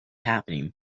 happening